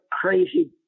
crazy